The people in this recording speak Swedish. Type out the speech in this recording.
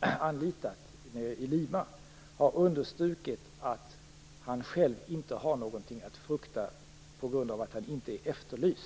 anlitat i Lima har understrukit att han själv inte har någonting att frukta, eftersom han inte är efterlyst.